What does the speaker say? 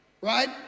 right